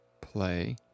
play